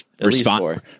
respond